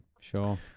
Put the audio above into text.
sure